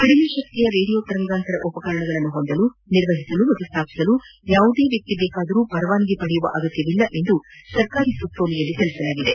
ಕಡಿಮೆ ಶಕ್ಷಿಯ ರೇಡಿಯೋ ತರಂಗಾಂತರ ಉಪಕರಣಗಳನ್ನು ಹೊಂದಲು ನಿರ್ವಹಿಸಲು ಹಾಗೂ ಸ್ಥಾಪಿಸಲು ಯಾವುದೇ ವ್ಲಕ್ತಿ ಪರವಾನಗಿ ಪಡೆಯುವ ಅಗತ್ಯವಿಲ್ಲ ಎಂದು ಸರ್ಕಾರಿ ಸುತ್ತೋಲೆಯಲ್ಲಿ ತಿಳಿಸಲಾಗಿದೆ